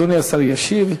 אדוני השר ישיב.